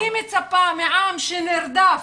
אני מצפה מעם שנרדף,